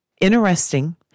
Interesting